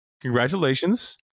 Congratulations